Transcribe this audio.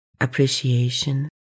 appreciation